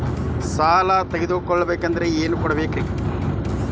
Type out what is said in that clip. ಸಾಲ ತೊಗೋಬೇಕಂದ್ರ ಏನೇನ್ ಕೊಡಬೇಕ್ರಿ?